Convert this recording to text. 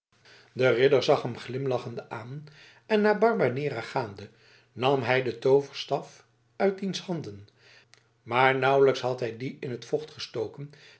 de ridder zag hem glimlachende aan en naar barbanera gaande nam hij den tooverstaf uit diens handen maar nauwelijks had hij dien in het vocht gestoken